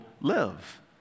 live